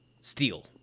Steel